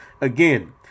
Again